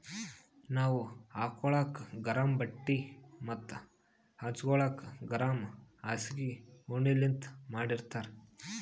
ನಾವ್ ಹಾಕೋಳಕ್ ಗರಮ್ ಬಟ್ಟಿ ಮತ್ತ್ ಹಚ್ಗೋಲಕ್ ಗರಮ್ ಹಾಸ್ಗಿ ಉಣ್ಣಿಲಿಂತ್ ಮಾಡಿರ್ತರ್